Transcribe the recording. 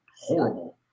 horrible